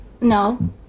No